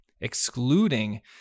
excluding